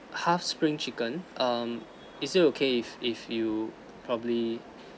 half spring chicken um is it okay if if you probably